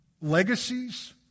legacies